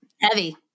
heavy